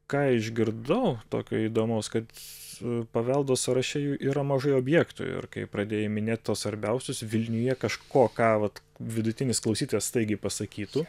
ką išgirdau tokio įdomaus kad paveldo sąraše jų yra mažai objektų ir kai pradėjai minėt tuos svarbiausius vilniuje kažko ką vat vidutinis klausytojas staigiai pasakytų